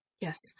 Yes